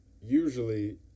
usually